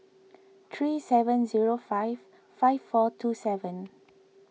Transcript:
three seven zero five five four two seven